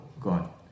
God